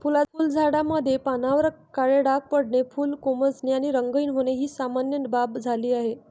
फुलझाडांमध्ये पानांवर काळे डाग पडणे, फुले कोमेजणे आणि रंगहीन होणे ही सामान्य बाब झाली आहे